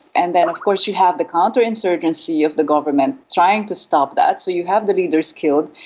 and then of course you have the counterinsurgency of the government trying to stop that, so you have the leaders killed.